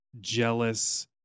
jealous